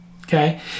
okay